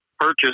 purchase